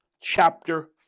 chapter